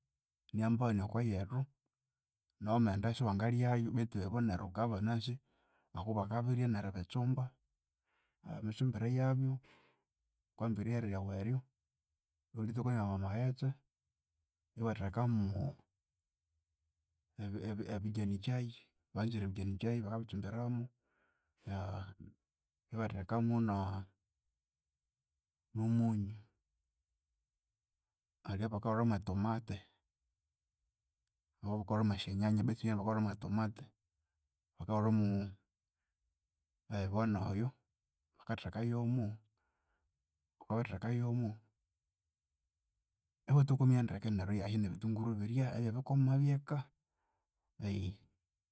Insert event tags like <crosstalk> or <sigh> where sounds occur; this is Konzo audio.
Niyembaghani okoyethu, nawu wamaghendayu siwangalyayu betu iboneryu banasi ngokubakabirya neribitsumba. <hesitation> emitsumbire yabyu, wukahamba erihere ryawu eryo, iwaritokomya omwamaghetse, iwathekamu ebi- ebijanikyai, banzire ebijanikyai bakabitsumbiramu, <hesitation> ibathekamu no- nomunyu. Hali eyabakahulhamu tomate obuthukahulha mwesyanyanye betu ibo bakahulhamu tomate. Bakahulhamu ebibonoyo wukathekayomo, wukabya wabitheka yomo, iwatokomya ndeke neryu iyahya nebithunguru birya ebyebikoma byeka. <hesitation>